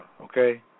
okay